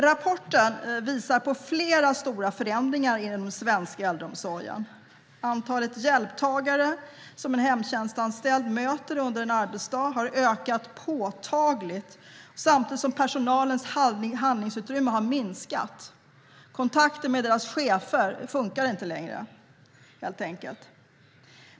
Rapporten visar på flera stora förändringar inom den svenska äldreomsorgen. Antalet hjälptagare som en hemtjänstanställd möter under en arbetsdag har ökat påtagligt, samtidigt som personalens handlingsutrymme har minskat. Kontakten med cheferna funkar inte längre, helt enkelt.